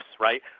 right